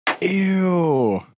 Ew